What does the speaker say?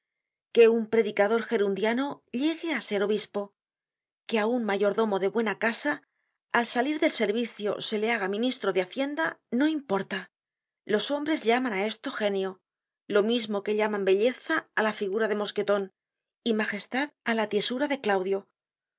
que un predicador gerundiano llegue á ser obispo que á un mayordomo de buena casa al salir del servicio se le haga ministro de hacienda no importa los hombres llaman á esto genio lo mismo que llaman belleza á la figura de mosqueton y magestad á la tiesura de claudio